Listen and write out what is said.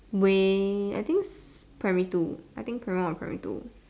may I think primary two I think primary one or primary two